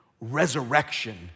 Resurrection